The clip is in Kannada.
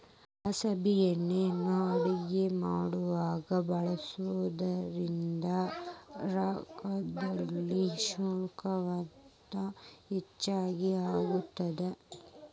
ಕುಸಬಿ ಎಣ್ಣಿನಾ ಅಡಗಿ ಮಾಡಾಕ ಬಳಸೋದ್ರಿಂದ ರಕ್ತದೊಳಗ ಶುಗರಿನಂಶ ಹೆಚ್ಚಿಗಿ ಆಗತ್ತದ